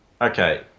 Okay